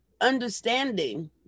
understanding